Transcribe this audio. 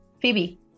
Phoebe